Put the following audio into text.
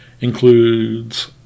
includes